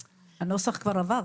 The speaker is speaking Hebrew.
הנוסח כבר עבר.